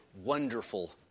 wonderful